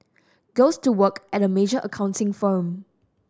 goes to work at a major accounting firm